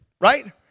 right